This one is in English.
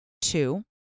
Two